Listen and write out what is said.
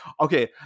okay